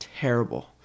terrible